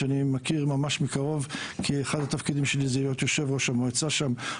שאני מכיר ממש מקרוב כי אחד התפקידים שלי הוא להיות יושב-ראש המועצה שם,